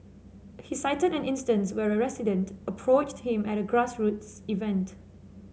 he cited an instance where a resident approached him at a grassroots event